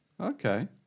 okay